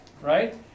right